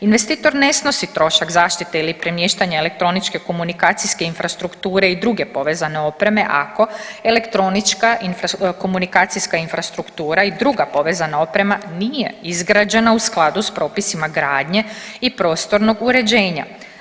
Investitor ne snosi trošak zaštite ili premještanja elektroničke komunikacijske infrastrukture i druge povezane opreme ako elektronička komunikacijska infrastruktura i druga povezana oprema nije izgrađena u skladu sa propisima gradnje i prostornog uređenja.